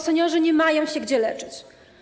Seniorzy nie mają się gdzie leczyć.